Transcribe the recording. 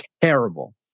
terrible